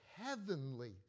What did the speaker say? heavenly